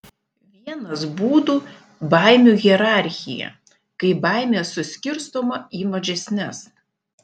vienas būdų baimių hierarchija kai baimė suskirstoma į mažesnes